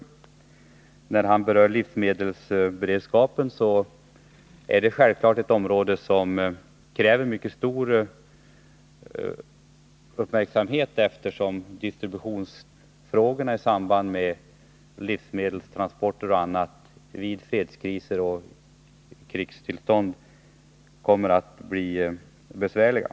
Han berörde 10 december 1980 livsmedelsberedskapen, och det är självfallet ett område som kräver mycket stor uppmärksamhet. Distributionsfrågorna i samband med livsmedelstransporter och annat vid fredskriser och krigstillstånd kommer nämligen att bli besvärliga.